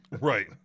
Right